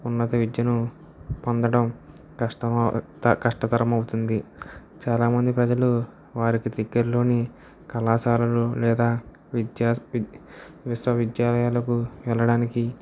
ఉన్నత విద్యను పొందడం కష్టము కష్టతరమవుతుంది చాలా మంది ప్రజలు వారికి దగ్గరలోని కళాశాలలో లేదా విద్యా విశ్వవిద్యాలయాలకు వెళ్ళడానికి